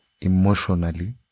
emotionally